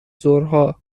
ظهرها